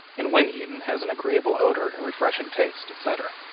and when eaten has an agreeable odor and refreshing taste, etc.